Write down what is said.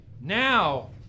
now